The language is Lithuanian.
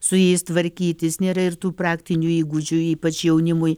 su jais tvarkytis nėra ir tų praktinių įgūdžių ypač jaunimui